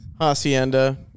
Hacienda